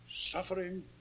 Suffering